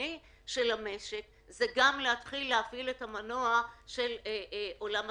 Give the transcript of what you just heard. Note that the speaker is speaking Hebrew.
הכלכלי של המשק זה גם להתחיל להפעיל את המנוע של עולם התרבות.